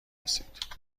رسید